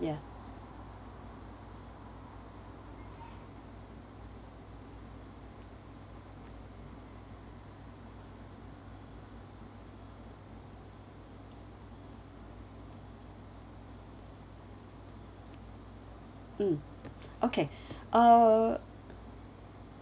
ya mm okay uh